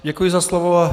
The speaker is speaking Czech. Děkuji za slovo.